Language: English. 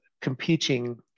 competing